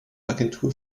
agentur